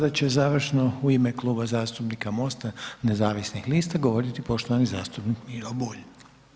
Sada će završno u ime Kluba zastupnika MOSTA nezavisnih lista govoriti poštovani zastupnik Miro Bulj.